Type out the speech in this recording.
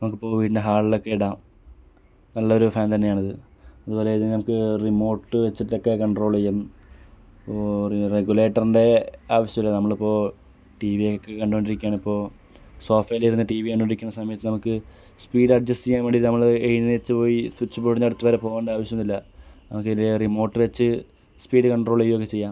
നമുക്കിപ്പോൾ വീട്ടിൻ്റെ ഹാളിലൊക്കെ ഇടാം നല്ലൊരു ഫാൻ തന്നെയാണിത് അതുപോലെ ഇത് നമുക്ക് റിമോട്ട് വെച്ചിട്ടൊക്കെ കണ്ട്രോള് ചെയ്യാം അപ്പോൾ റെഗുലേറ്ററിൻ്റെ ആവശ്യം ഇല്ല നമ്മളിപ്പോൾ ടി വി ഒക്കെ കണ്ടുകൊണ്ടിരിക്കുകയാണ് ഇപ്പോൾ സോഫയിലിരുന്ന് ടി വി കണ്ടുകൊണ്ടിരിയ്ക്കണ സമയത്ത് നമുക്ക് സ്പീഡ് അഡ്ജെസ്റ് ചെയ്യാൻ വേണ്ടീട്ട് നമ്മൾ എഴുന്നേറ്റ് പോയി സ്വിച്ച് ബോർഡിൻ്റടുത്ത് വരെ പോകേണ്ട ആവശ്യം ഒന്നുമില്ല നമുക്കിതിൽ റിമോട്ട് വെച്ച് സ്പീഡ് കണ്ട്രോള് ചെയ്യുകയൊക്കെ ചെയ്യാം